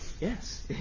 Yes